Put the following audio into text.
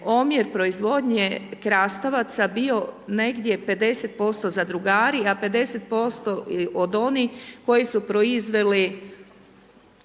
omjer proizvodnje krastavaca bio negdje 50% zadrugari a 50% od onih koji su proizveli